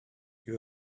you